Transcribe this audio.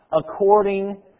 according